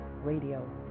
Radio